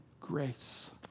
grace